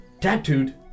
tattooed